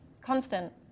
constant